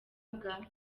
bwa